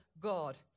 God